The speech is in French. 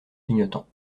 clignotants